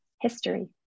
history